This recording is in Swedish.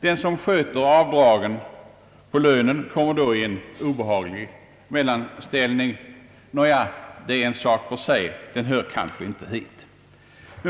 Den som sköter avdragen på lönen kommer då i en obehaglig mellanställning. — Nåja, det är en sak för sig, den hör kanske inte hit.